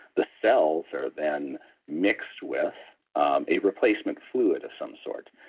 the cells are then mixed with um a replacement fluid of some sort,